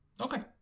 Okay